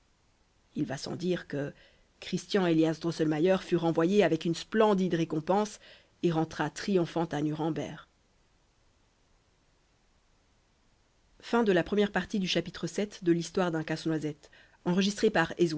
il va sans dire que christian élias drosselmayer fut renvoyé avec une splendide récompense et rentra triomphant à nuremberg